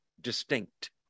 distinct